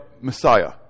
Messiah